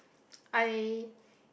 I